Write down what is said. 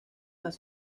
las